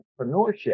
entrepreneurship